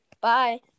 bye